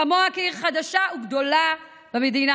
כמוה כעיר חדשה וגדולה במדינה.